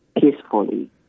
peacefully